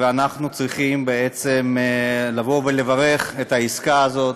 ואנחנו צריכים לבוא ולברך על העסקה הזאת.